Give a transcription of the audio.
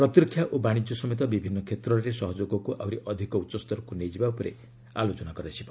ପ୍ରତିରକ୍ଷା ଓ ବାଣିଜ୍ୟ ସମେତ ବିଭିନ୍ନ କ୍ଷେତ୍ରରେ ସହଯୋଗକୁ ଆହୁରି ଅଧିକ ଉଚ୍ଚସ୍ତରକୁ ନେଇଯିବା ଉପରେ ଆଲୋଚନା କରାଯିବ